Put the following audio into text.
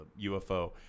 UFO